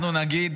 אנחנו נגיד